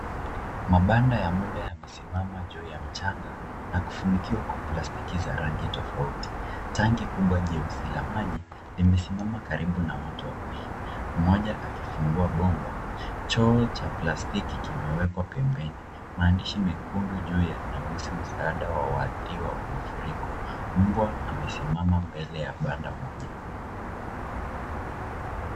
Mabanda ya muda yamesimama juu ya mchanga na kufunikiwa kwa plastiki za rangi tofauti. Tanki kubwa jeusi la maji limesimama karibu na watu wawili, mmoja akifungua bomba. Choo cha plastiki kimewekwa pembeni. Maandishi mekundu juu yanahusu msaada wa waathiriwa wa mafuriko. Mbwa amesimama mbele ya banda moja.